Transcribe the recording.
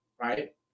Right